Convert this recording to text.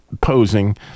posing